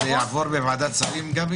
גבי, זה יעבור בוועדת שרים?